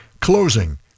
closing